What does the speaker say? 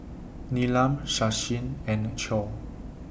Neelam Sachin and Choor